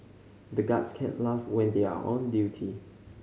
the guards can't laugh when they are on duty